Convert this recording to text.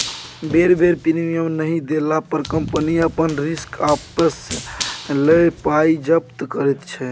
बेर बेर प्रीमियम नहि देला पर कंपनी अपन रिस्क आपिस लए पाइ जब्त करैत छै